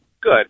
Good